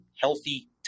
healthy